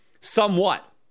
somewhat